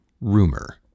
rumor